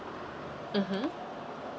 mmhmm